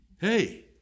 Hey